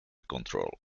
control